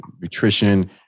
nutrition